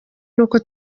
n’uko